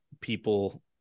people